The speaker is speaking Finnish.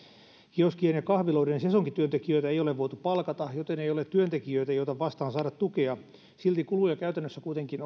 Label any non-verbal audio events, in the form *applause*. kioskien ja kahviloiden sesonkityöntekijöitä ei ole voitu palkata joten ei ole työntekijöitä joita vastaan saada tukea silti kuluja käytännössä kuitenkin *unintelligible*